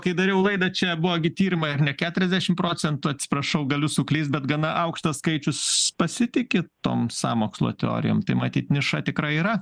kai dariau laidą čia buvo gi tyrimai ar ne keturiasdešim procentų atsiprašau galiu suklyst bet gana aukštas skaičius pasitiki tom sąmokslo teorijom tai matyt niša tikrai yra